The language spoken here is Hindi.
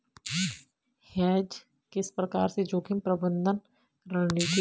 हेज किस प्रकार से जोखिम प्रबंधन रणनीति है?